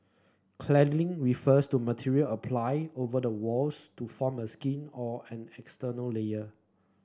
cladding refers to material applied over the walls to form a skin or an external layer